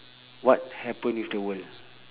what happen with the world